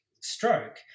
stroke